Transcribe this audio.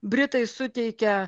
britai suteikia